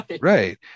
Right